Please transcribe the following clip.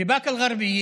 בבאקה אל-גרבייה